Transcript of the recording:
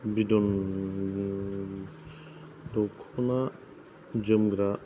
बिदन दख'ना जोमग्रा